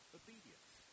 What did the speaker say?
obedience